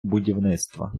будівництва